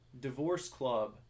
DivorceClub